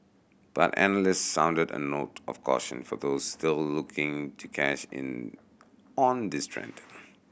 but analysts sounded a note of caution for those still looking to cash in on this trend